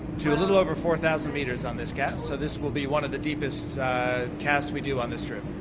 to a little over four thousand metres on this cast, so this will be one of the deepest casts we do on this trip.